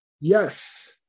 yes